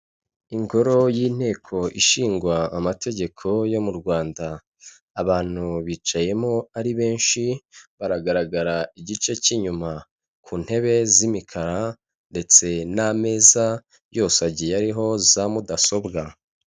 Ingoro y'inteko ishingwa amategeko yo mu Rwanda abantu bicayemo ari benshi, baragaragara igice k'inyuma ku ntebe z'imikara ndetse n'ameza yose agiye ariho za mudasobwa.